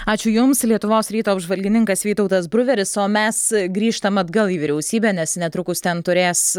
ačiū joms lietuvos ryto apžvalgininkas vytautas bruveris o mes grįžtam atgal į vyriausybę nes netrukus ten turės